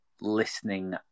listening